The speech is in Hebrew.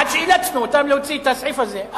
עד שאילצנו אותם להוציא את הסעיף הזה.